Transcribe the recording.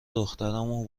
دخترمو